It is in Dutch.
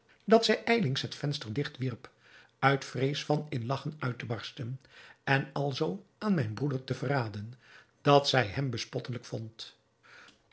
dat zij ijlings het venster digt wierp uit vrees van in lagchen uit te barsten en alzoo aan mijn broeder te verraden dat zij hem bespottelijk vond